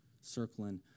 circling